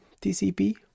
tcp